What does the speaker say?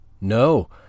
No